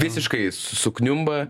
visiškai sukniumba